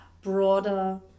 broader